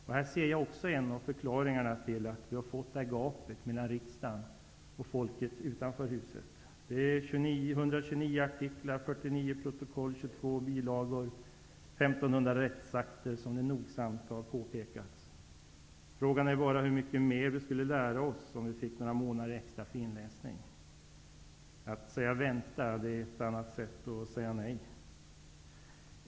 Jag ser också här en av förklaringarna till att vi fått det här omtalade gapet mellan riksdagen och folket utanför huset. Det rör sig om 129 artiklar, 49 protokoll, 22 bilagor och 1 500 rättsakter, som nogsamt påpekats. Frågan är bara hur mycket mer vi skulle lära oss om vi fick några månader extra för inläsning. Att säga vänta är ett annat sätt att säga nej på.